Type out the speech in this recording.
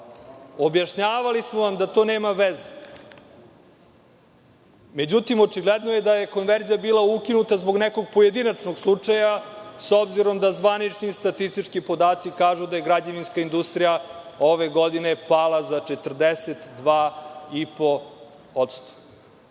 Objašnjavali smo vam da to nema veze. Međutim, očigledno je da je konverzija bila ukinuta zbog nekog pojedinačno slučaja, s obzirom da zvanični statistički podaci kažu, da je građevinska industrija ove godine pala za